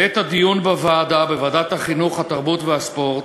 בעת הדיון בוועדת החינוך, התרבות והספורט